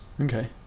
Okay